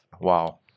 Wow